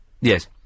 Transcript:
Yes